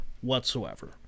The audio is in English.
whatsoever